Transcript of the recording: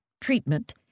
treatment